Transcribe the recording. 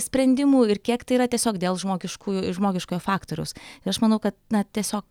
sprendimų ir kiek tai yra tiesiog dėl žmogiškųjų žmogiškojo faktoriaus ir aš manau kad na tiesiog